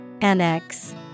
Annex